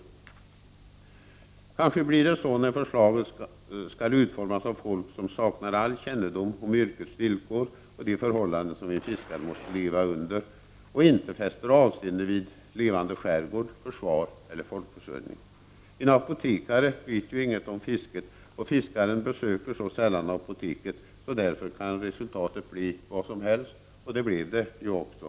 Det kanske blir så här när förslagen skall utformas av människor som saknar all kännedom om yrkets villkor och de förhållanden som en fiskare måste leva under och när man inte fäster avseende vid en levande skärgård, försvar och folkförsörjning. En apotekare vet ju inget om fisket, och fiskaren besöker så sällan apoteket att resultatet därför kan bli vad som helst. Det blev det ju också.